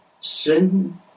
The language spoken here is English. sin